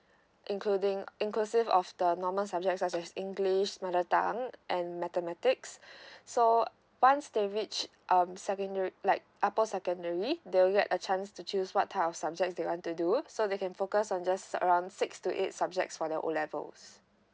including inclusive of the normal subjects such as english mother tongue and mathematics so once they reach um secondary like upper secondary they will get a chance to choose what type of subjects they want to do so they can focus on just around six to eight subjects for the O levels